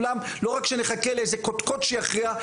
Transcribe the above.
לא רק שנחכה לאיזה קודקוד שיכריע,